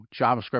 JavaScript